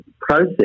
process